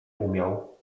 umiał